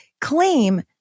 claim